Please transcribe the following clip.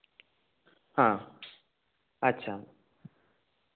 ᱦᱮᱸ ᱟᱪᱪᱷᱟ